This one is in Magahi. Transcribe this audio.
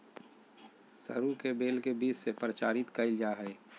सरू के बेल के बीज से प्रचारित कइल जा हइ